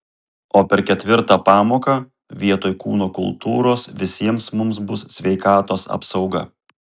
o per ketvirtą pamoką vietoj kūno kultūros visiems mums bus sveikatos apsauga